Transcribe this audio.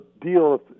deal